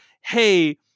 hey